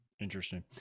interesting